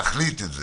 להחליט את זה.